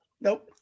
Nope